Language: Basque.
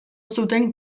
zuten